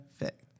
effect